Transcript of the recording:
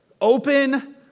Open